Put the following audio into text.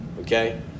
okay